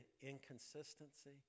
inconsistency